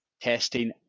testing